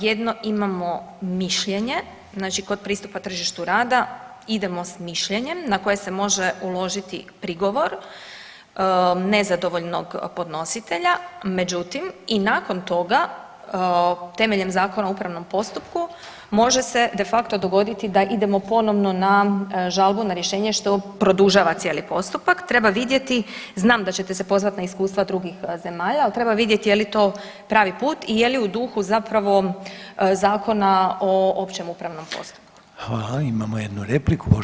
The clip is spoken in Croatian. Jedno imamo mišljenje znači kod pristupa tržištu rada idemo s mišljenjem na koje se može uložiti prigovor nezadovoljnog podnositelja, međutim i nakon toga temeljem Zakona o upravnom postupku može se de facto dogoditi da idemo ponovno na žalbu na rješenje što produžava cijeli postupak, treba vidjeti, znam da ćete se pozvat na iskustva drugih zemalja, al treba vidjet je li to pravi put i je li u duhu zapravo Zakona o općem upravnom postupku.